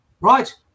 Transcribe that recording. right